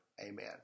Amen